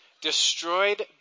destroyed